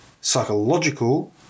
psychological